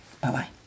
Bye-bye